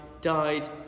died